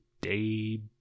day